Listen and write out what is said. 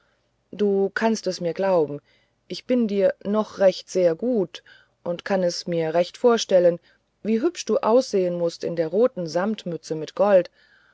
du kannst es mir glauben ich bin dir noch recht sehr gut und kann es mir recht vorstellen wie hübsch du aussehn mußt in der roten samtmütze mit gold